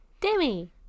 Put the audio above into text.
Demi